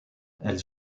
elles